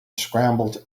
scrambled